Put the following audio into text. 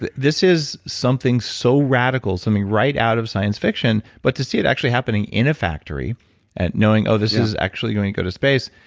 this this is something so radical, something right out of science fiction, but to see it actually happening in a factory and knowing this is actually going to go to space.